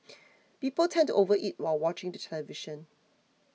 people tend to overeat while watching the television